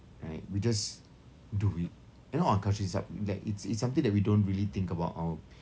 right we just do it and that it's it's something that we don't really think about our